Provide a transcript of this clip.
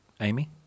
Amy